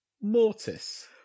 Mortis